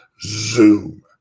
Zoom